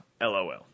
LOL